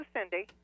Cindy